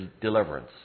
deliverance